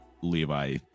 Levi